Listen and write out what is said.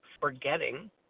forgetting